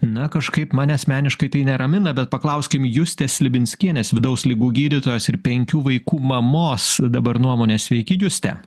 na kažkaip mane asmeniškai neramina bet paklauskim justės slibinskienės vidaus ligų gydytojos ir penkių vaikų mamos dabar nuomonė sveiki juste